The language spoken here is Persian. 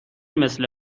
مثل